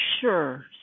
sure